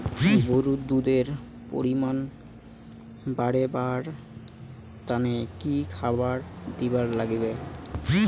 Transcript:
গরুর দুধ এর পরিমাণ বারেবার তানে কি খাবার দিবার লাগবে?